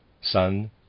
Sun